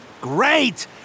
Great